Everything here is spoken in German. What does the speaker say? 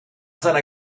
seiner